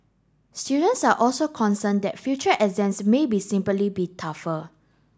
students are also concerned that future exams may be simply be tougher